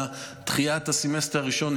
הייתה דחייה של הסמסטר הראשון.